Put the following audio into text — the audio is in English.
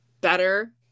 better